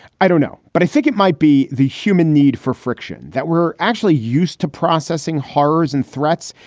i don't know. but i think it might be the human need for friction that we're actually used to processing horrors and threats.